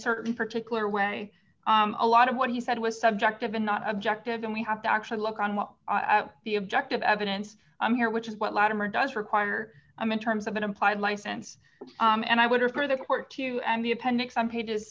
certain particular way a lot of what he said was subjective and not objective and we have to actually look on what the objective evidence here which is what lattimer does require i'm in terms of an implied license and i would refer the court to and the appendix some pages